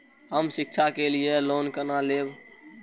हम शिक्षा के लिए लोन केना लैब?